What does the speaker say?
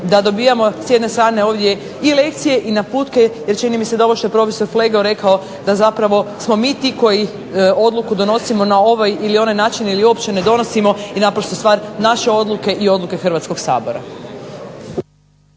da s jedne strane dobivamo lekcije i naputke jer čini mi se da ovo što je profesor Flego rekao da zapravo smo mi ti koji odluku donosimo na ovaj ili onaj način ili uopće ne donosimo, naprosto stvar naše odluke i odluke Hrvatskoga sabora.